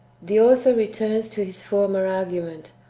the author returns to his former argument,